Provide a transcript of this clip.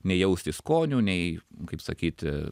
nei jausti skonių nei kaip sakyti